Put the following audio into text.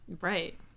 Right